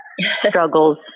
Struggles